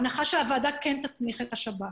בהנחה שהוועדה כן תסמיך את השב"כ.